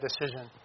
decision